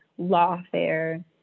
lawfare